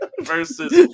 versus